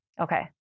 Okay